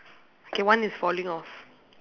okay one is falling off